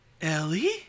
Ellie